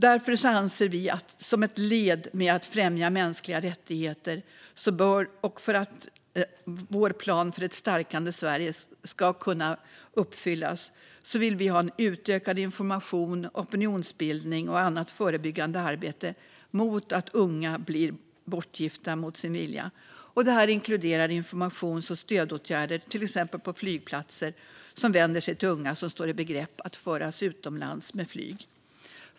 Därför anser vi att det som ett led i arbetet med att främja mänskliga rättigheter och för att vår plan för ett starkare Sverige ska kunna uppfyllas behövs en utökad information, opinionsbildning och annat förebyggande arbete mot att unga blir bortgifta mot sin vilja. Detta inkluderar informations och stödåtgärder, till exempel på flygplatser, som vänder sig till unga som står i begrepp att föras utomlands med flyg.